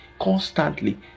constantly